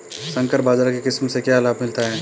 संकर बाजरा की किस्म से क्या लाभ मिलता है?